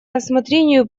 рассмотрению